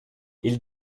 ils